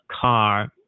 car